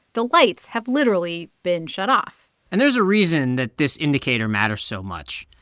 the lights have literally been shut off and there's a reason that this indicator matters so much.